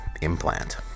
implant